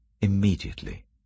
Immediately